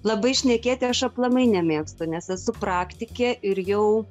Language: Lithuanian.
labai šnekėti aš aplamai nemėgstu nes esu praktikė ir jau